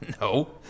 No